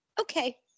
Okay